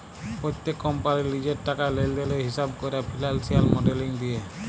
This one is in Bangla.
প্যত্তেক কম্পালির লিজের টাকা লেলদেলের হিঁসাব ক্যরা ফিল্যালসিয়াল মডেলিং দিয়ে